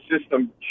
system